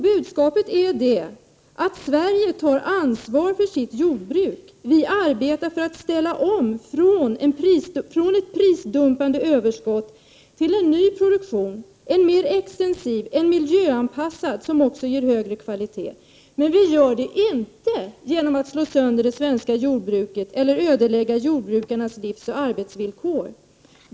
Budskapet är att Sverige tar ansvar för sitt jordbruk. Vi arbetar för att ställa om från ett prisdumpande överskott till en ny produktion, en mer extensiv produktion, en miljöanpassad produktion som också ger högre kvalitet. Men det gör vi inte genom att slå sönder det svenska jordbruket eller ödelägga jordbrukarnas livsoch arbetsvillkor.